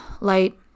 light